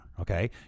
Okay